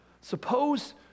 suppose